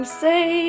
say